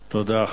תודה.